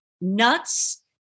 nuts